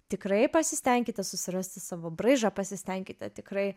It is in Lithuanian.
tikrai pasistenkite susirasti savo braižą pasistenkite tikrai